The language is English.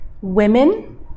women